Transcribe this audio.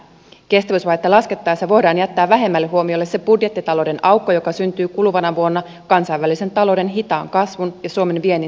kestävyysvajetta laskettaessa voidaan jättää vähemmälle huomiolle se budjettitalouden aukko joka syntyy kuluvana vuonna kansainvälisen talouden hitaan kasvun ja suomen viennin suhdannevaikeuksien vuoksi